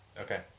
okay